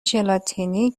ژلاتینی